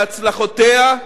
מהצלחותיה,